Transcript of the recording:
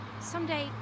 Someday